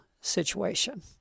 situation